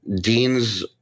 Dean's